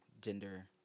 gender